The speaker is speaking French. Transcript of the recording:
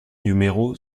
numéro